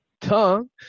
tongue